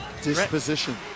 Disposition